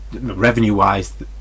Revenue-wise